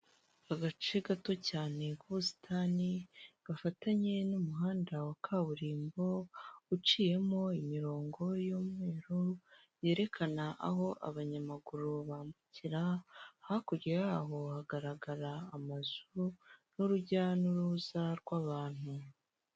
Agace gato cyane k'ubusitani gafatanye n'umuhanda wa kaburimbo, uciyemo imirongo y'umweru, yerekana aho abanyamaguru bambukira, hakurya yaho hagaragara amazu n'urujya n'uruza rw'abantu.